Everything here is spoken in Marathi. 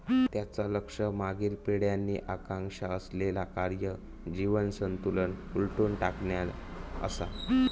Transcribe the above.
त्यांचा लक्ष मागील पिढ्यांनी आकांक्षा असलेला कार्य जीवन संतुलन उलथून टाकणा असा